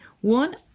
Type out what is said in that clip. one